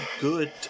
good